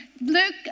Luke